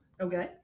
Okay